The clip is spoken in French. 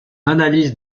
analyse